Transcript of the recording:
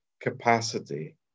capacity